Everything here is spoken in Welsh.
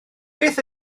beth